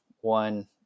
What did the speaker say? one